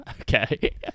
okay